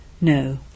No